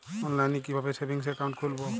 অনলাইনে কিভাবে savings account খুলবো?